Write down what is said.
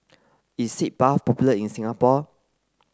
is Sitz Bath popular in Singapore